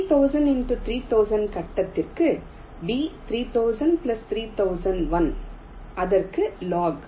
3000 x 3000 கட்டத்திற்கு B 3000 3000 1 அதற்க்கு log